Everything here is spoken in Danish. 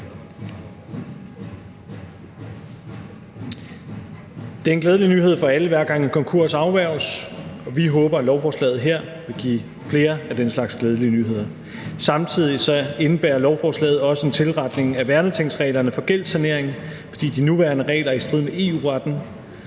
Det er en glædelig nyhed for alle, hver gang en konkurs afværges, og vi håber, at lovforslaget her vil give flere af den slags glædelige nyheder. Samtidig indebærer lovforslaget også en tilretning af værnetingsreglerne for gældssanering, fordi de nuværende regler er i strid med EU-retten.